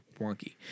wonky